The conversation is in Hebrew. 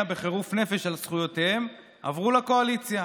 בחירוף נפש על זכויותיהם עברו לקואליציה,